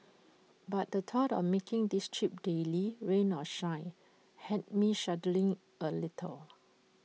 but the thought of making this trip daily rain or shine had me shuddering A little